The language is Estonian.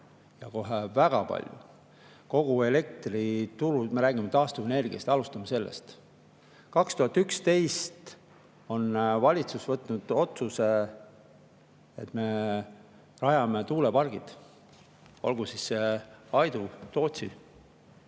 ja kohe väga palju, kogu elektriturul. Me räägime taastuvenergiast, alustame sellest. 2011 võttis valitsus vastu otsuse, et me rajame tuulepargid, olgu see Aidu või Tootsi.